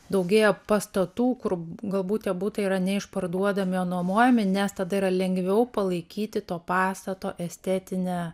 daugėja pastatų kur galbūt tie butai yra neišparduodami o nuomojami nes tada yra lengviau palaikyti to pastato estetinę